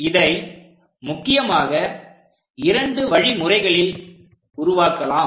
இதை முக்கியமாக இரண்டு வழிமுறைகளில் உருவாக்கலாம்